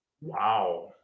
Wow